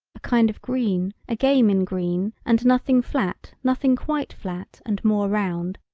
a kind of green a game in green and nothing flat nothing quite flat and more round,